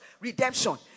redemption